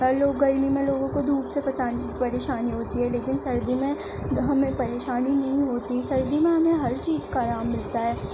ہر لوگ گرمی میں لوگوں کو دھوپ سے پریشانی ہوتی ہے لیکن سردی میں ہمیں پریشانی نہیں ہوتی سردی میں ہمیں ہر چیز کا آرام مِلتا ہے